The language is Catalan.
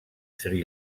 sri